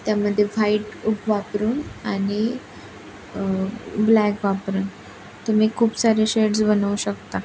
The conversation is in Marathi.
त्यामध्ये व्हाईट वापरून आणि ब्लॅक वापरून तुम्ही खूप सारे शेड्स बनवू शकता